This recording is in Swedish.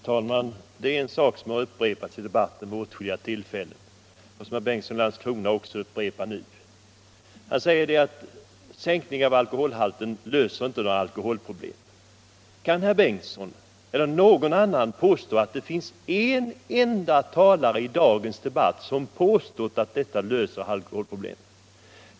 Herr talman! Det är en sak som har upprepats i debatten vid åtskilliga tillfällen och som herr Bengtsson i Landskrona också upprepade. Han sade att en sänkning av alkoholhalten inte löser några alkoholproblem. Kan herr Bengtsson eller någon annan påstå att det finns en enda talare i dagens debatt som påstått att detta löser alkoholproblemet?